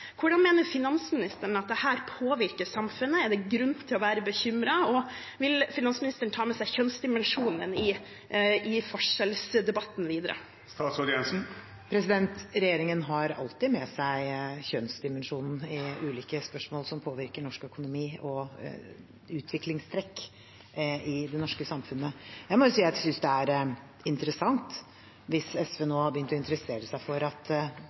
Hvordan mener finansministeren at dette påvirker samfunnet? Er det grunn til å være bekymret? Og vil finansministeren ta med seg kjønnsdimensjonen i forskjellsdebatten videre? Regjeringen har alltid med seg kjønnsdimensjonen i ulike spørsmål som påvirker norsk økonomi og utviklingstrekk i det norske samfunnet. Jeg må si det er interessant hvis SV nå for det første synes det er greit at